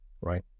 right